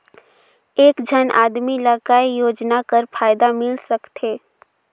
एक झन आदमी ला काय योजना कर फायदा मिल सकथे?